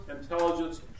intelligence